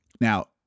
Now